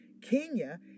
Kenya